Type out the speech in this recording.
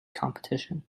competition